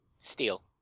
Steel